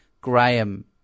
Graham